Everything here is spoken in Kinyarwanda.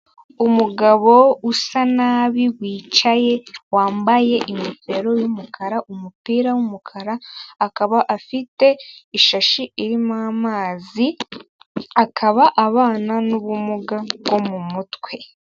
Umugabo usa nabi, wicaye wambaye ingofero y'umukara, umupira w'umukara, akaba afite ishashi irimo amazi, akaba abana n'ubumuga bwo mu mutwe.